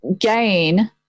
gain